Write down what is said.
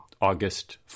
August